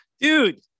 dude